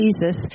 Jesus